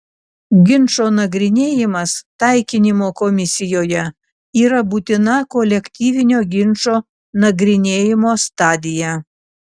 ginčo nagrinėjimas taikinimo komisijoje yra būtina kolektyvinio ginčo nagrinėjimo stadija